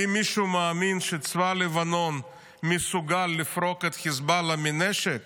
האם מישהו מאמין שצבא לבנון מסוגל לפרוק את חיזבאללה מנשק?